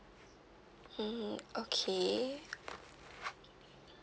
hmm okay